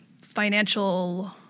financial